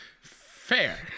Fair